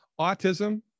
Autism